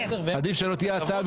עדיף שבכלל לא תהיה הצעה.